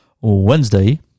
Wednesday